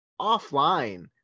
offline